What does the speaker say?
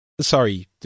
sorry